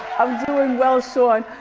i'm doing well, shawn.